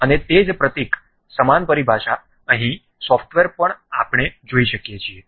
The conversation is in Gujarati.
અને તે જ પ્રતીક સમાન પરિભાષા અહીં સોંફ્ટવેર પર પણ આપણે જોઈ રહ્યા છીએ